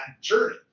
journey